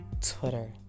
Twitter